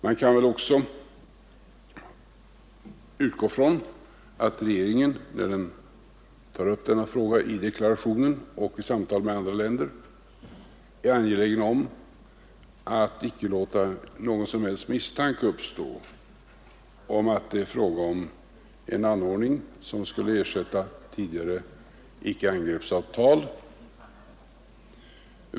Man kan också utgå från att regeringen, eftersom den tar upp denna fråga i deklarationen och i samtal med andra länder, är angelägen om att icke låta någon som helst misstanke uppstå att det är fråga om en anordning som skulle ersätta tidigare icke-angreppsavtal.